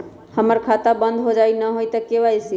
हमर खाता बंद होजाई न हुई त के.वाई.सी?